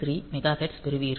333 megahertz பெறுவீர்கள்